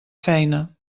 feina